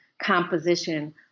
composition